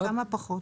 כמה פחות?